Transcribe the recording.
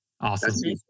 awesome